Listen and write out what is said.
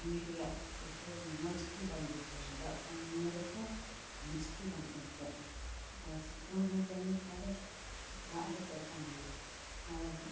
ᱠᱟᱹᱢᱤ ᱨᱮᱭᱟᱜ ᱤᱭᱟᱹ ᱢᱚᱡᱽᱜᱮ ᱵᱟᱢ ᱵᱩᱡᱷᱟᱹᱣᱟ ᱫᱟᱜ ᱵᱟᱢ ᱧᱩ ᱞᱮᱠᱷᱟᱡ ᱢᱚᱡᱽᱜᱮ ᱵᱟᱝ ᱟᱹᱭᱠᱟᱹᱜᱼᱟ ᱟᱨ ᱥᱤᱛᱩᱝᱫᱤᱱ ᱠᱟᱹᱢᱤ ᱠᱷᱟᱡᱫᱚ ᱫᱟᱜ ᱫᱚ ᱛᱮᱛᱟᱝ ᱜᱮᱭᱟ ᱟᱨ